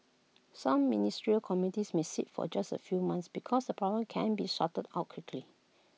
some ministerial committees may sit for just A few months because the problems can be sorted out quickly